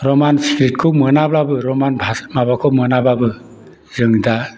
रमान सिक्रिप्टखौ मोनाब्लाबो रमान भासा माबाखौ मोनाब्लाबो जों दा